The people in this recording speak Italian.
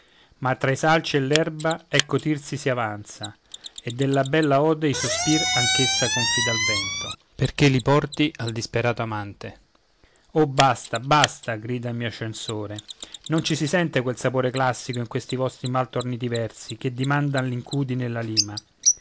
ma tra i salci e l'erba ecco tirsi si avanza e della bella ode i sospir ch'essa confida al vento perché li porti al disperato amante oh basta basta grida il mio censore non ci si sente quel sapore classico in questi vostri mal torniti versi che dimandan l'incudine e la lima